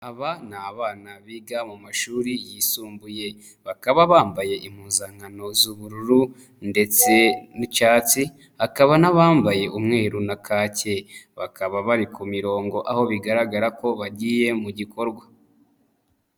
Aba ni abana biga mu mashuri yisumbuye. Bakaba bambaye impuzankano z'ubururu ndetse n'icyatsi, akaba n'abambaye umweru na kake. Bakaba bari ku mirongo aho bigaragara ko bagiye mu gikorwa.